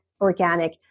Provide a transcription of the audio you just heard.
organic